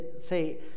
say